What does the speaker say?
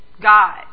God